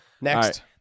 Next